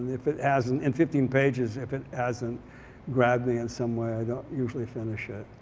if it hasn't, in fifteen pages, if it hasn't grabbed me in some way i don't usually finish it.